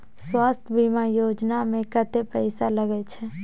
स्वास्थ बीमा योजना में कत्ते पैसा लगय छै?